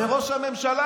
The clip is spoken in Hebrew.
זה ראש הממשלה.